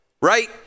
right